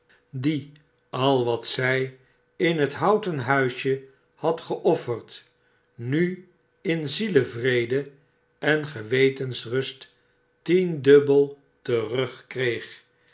die al wat zij in het houten huisje had geofferd nu in zielevrede en gewetensrust tiendubbel terugkreeg